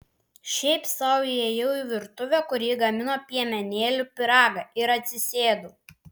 šiaip sau įėjau į virtuvę kur ji gamino piemenėlių pyragą ir atsisėdau